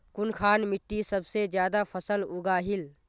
कुनखान मिट्टी सबसे ज्यादा फसल उगहिल?